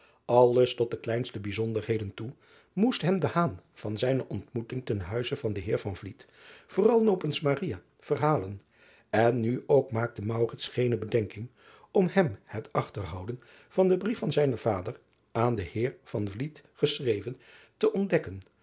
lles tot de kleinste bijzonderheden toe moest hem driaan oosjes zn et leven van aurits ijnslager van zijne ontmoeting ten huize van den eer vooral nopens verhalen en nu ook maakte geene bedenking om hem het achterhouden van den brief van zijnen vader aan den eer geschreven te ontdekken